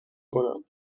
کنم